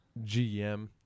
GM